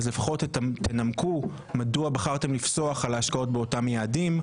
אז לפחות תנמקו מדוע בחרתם לפסוח על ההשקעות באותם יעדים.